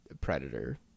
predator